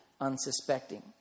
unsuspecting